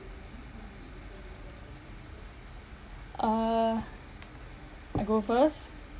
uh I go first